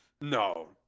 no